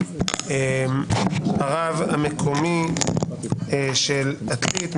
הרב המקומי של עתלית,